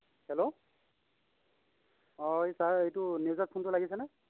hello অ তাৰ এইটো নিউজত ফোনটো লাগিছেনে